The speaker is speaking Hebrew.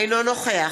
אינו נוכח